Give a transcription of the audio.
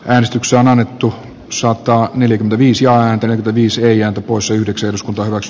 äänestykseen annettu sulattaa nelikymmenviisijaan viisia poissa yhdeksän sun paras